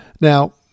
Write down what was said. Now